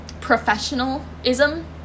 professionalism